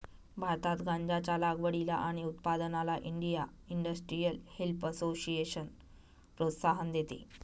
भारतात गांज्याच्या लागवडीला आणि उत्पादनाला इंडिया इंडस्ट्रियल हेम्प असोसिएशन प्रोत्साहन देते